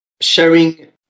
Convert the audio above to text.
sharing